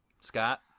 Scott